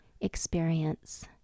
experience